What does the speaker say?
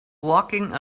walking